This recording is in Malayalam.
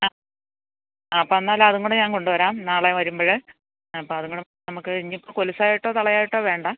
അ ആ അപ്പം എന്നാൽ അതുംകൂടെ ഞാൻ കൊണ്ട് വരാം നാളെ വരുമ്പോൾ അപ്പം അതുംകൂടെ നമുക്ക് ഇനി ഇപ്പം കൊലുസായിട്ടോ തളയായിട്ടോ വേണ്ട